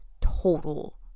total